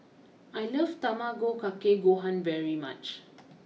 I love Tamago Kake Gohan very much